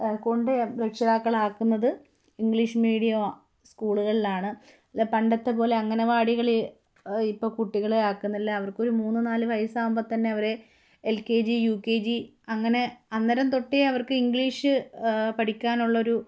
കൊണ്ട് രക്ഷിതാക്കളാക്കുന്നത് English medium സ്കൂളുകളിലാണ് പണ്ടത്തെ പോലെ അങ്ങനവാടികളില് ഇപ്പോള് കുട്ടികളെ ആക്കുന്നില്ല അവർക്കൊരു മൂന്നു നാലു വയസ്സാകുമ്പോള്ത്തന്നെ അവരെ L K G U K G അങ്ങനെ അന്നേരം തൊട്ടേ അവർക്ക് ഇംഗ്ലീഷ് പഠിക്കാനുള്ളൊരു